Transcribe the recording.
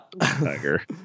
Tiger